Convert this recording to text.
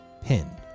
Pinned